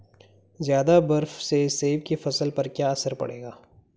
ज़्यादा बर्फ से सेब की फसल पर क्या असर पड़ेगा?